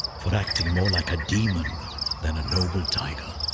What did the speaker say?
for acting more like a demon than a noble tiger.